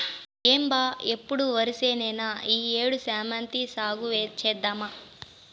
ఏం బా ఎప్పుడు ఒరిచేనేనా ఈ ఏడు శామంతి సాగు చేద్దాము